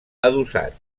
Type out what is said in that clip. adossat